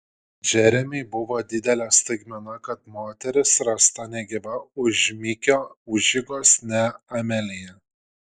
džeremiui buvo didelė staigmena kad moteris rasta negyva už mikio užeigos ne amelija